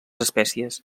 espècies